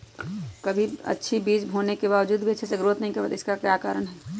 कभी बीज अच्छी होने के बावजूद भी अच्छे से नहीं ग्रोथ कर पाती इसका क्या कारण है?